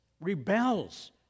rebels